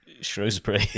Shrewsbury